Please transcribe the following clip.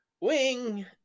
wing